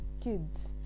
kids